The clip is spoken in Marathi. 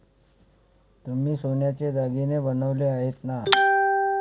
तुम्ही सोन्याचे दागिने बनवले आहेत ना?